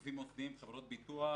גופים מוסדיים, חברות ביטוח,